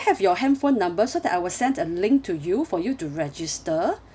have your handphone number so that I will send a link to you for you to register